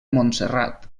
montserrat